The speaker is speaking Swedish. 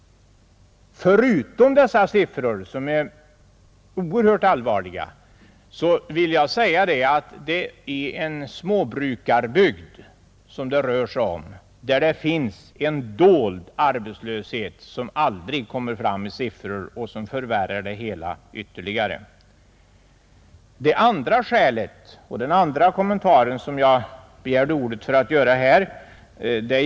Dessa siffror är oerhört allvarliga, men dessutom gäller det här en småbrukarbygd där det finns en dold arbetslöshet som aldrig kommer fram i siffror och som förvärrar situationen ytterligare.